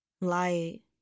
Light